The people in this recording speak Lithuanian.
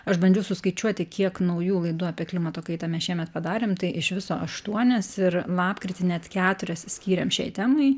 aš bandžiau suskaičiuoti kiek naujų laidų apie klimato kaitą mes šiemet padarėm tai iš viso aštuonias ir lapkritį net keturias skyrėm šiai temai